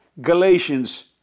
Galatians